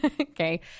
Okay